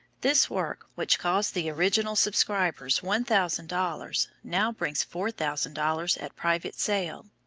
this work, which cost the original subscribers one thousand dollars, now brings four thousand dollars at private sale.